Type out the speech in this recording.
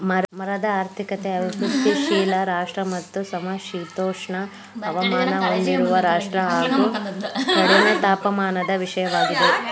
ಮರದ ಆರ್ಥಿಕತೆ ಅಭಿವೃದ್ಧಿಶೀಲ ರಾಷ್ಟ್ರ ಮತ್ತು ಸಮಶೀತೋಷ್ಣ ಹವಾಮಾನ ಹೊಂದಿರುವ ರಾಷ್ಟ್ರ ಹಾಗು ಕಡಿಮೆ ತಾಪಮಾನದ ವಿಷಯವಾಗಿದೆ